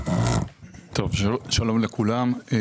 שלום לכולם.